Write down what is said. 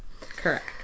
Correct